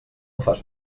fas